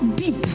deep